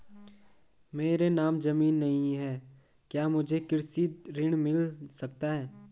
मेरे नाम ज़मीन नहीं है क्या मुझे कृषि ऋण मिल सकता है?